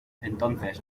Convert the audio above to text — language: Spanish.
entonces